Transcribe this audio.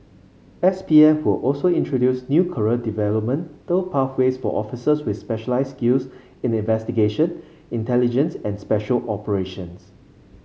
S P F will also introduce new career developmental pathways for officers with specialised skills in investigation intelligence and special operations